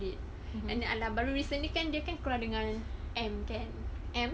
and then !alah! baru recently kan dia keluar dengan M kan